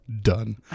done